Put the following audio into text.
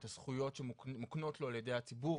את הזכויות שמוקנות לו על ידי הציבור,